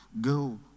go